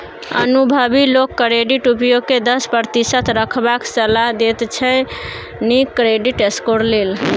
अनुभबी लोक क्रेडिट उपयोग केँ दस प्रतिशत रखबाक सलाह देते छै नीक क्रेडिट स्कोर लेल